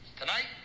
Tonight